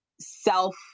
self